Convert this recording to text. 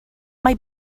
mae